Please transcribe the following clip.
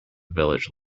village